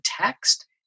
text